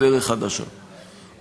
נו, חבר הכנסת גילאון, באמת.